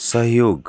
सहयोग